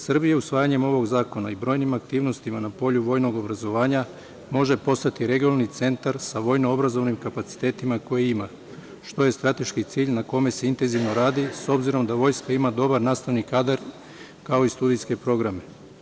Srbija usvajanjem ovog zakona i brojnim aktivnostima na polju vojnog obrazovanja može postati regionalni centar sa vojno-obrazovnim kapacitetima koje ima, što je strateški cilj na kome se intenzivno radi, s obzirom da Vojska ima dobar nastavni kadar, kao i studijske programe.